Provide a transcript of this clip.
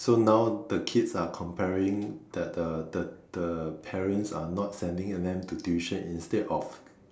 so now the kids are complaining that the the the parents are not sending them to tuition instead of